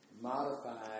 modified